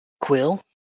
quill